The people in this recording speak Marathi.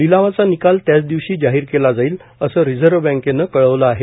लिलावाचा निकाल त्याच दिवशी जाहीर केला जाईल असं रिझर्व्ह बँकेनं कळवलं आहे